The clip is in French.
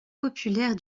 populaire